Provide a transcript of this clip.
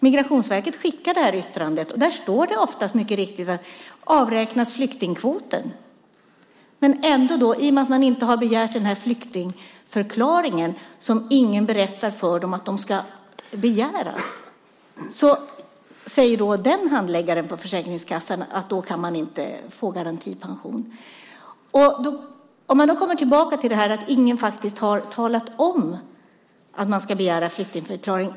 Migrationsverket skickar det här yttrandet, och där står det oftast, mycket riktigt: Avräknas flyktingkvoten. Men ändå: I och med att man inte har begärt den här flyktingförklaringen, som ingen berättar för dem att de ska begära, säger handläggaren på Försäkringskassan att man inte kan få garantipension. Jag vill då komma tillbaka till att ingen har talat om att man ska begära flyktingförklaring.